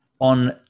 on